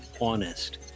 honest